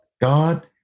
God